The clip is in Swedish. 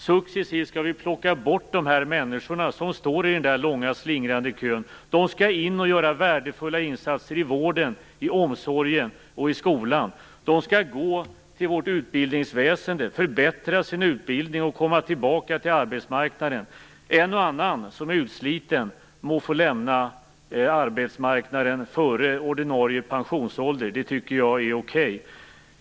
Successivt skall vi plocka bort de människor som står i den långa slingrande kön. De skall in och göra värdefulla insatser i vården, i omsorgen och i skolan. De skall gå till vårt utbildningsväsende, förbättra sin utbildning och komma tillbaka till arbetsmarknaden. En och annan som är utsliten må få lämna arbetsmarknaden före ordinarie pensionsålder. Det tycker jag är okej.